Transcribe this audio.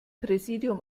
präsidium